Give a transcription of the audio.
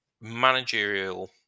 managerial